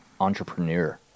entrepreneur